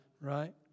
right